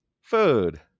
food